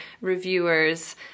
reviewers